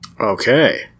Okay